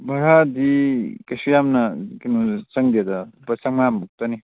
ꯚꯔꯥꯗꯤ ꯀꯩꯁꯨ ꯌꯥꯝꯅ ꯀꯩꯅꯣ ꯆꯪꯗꯦꯗ ꯂꯨꯄꯥ ꯆꯥꯝꯃꯉꯥꯃꯨꯛꯇꯅꯤ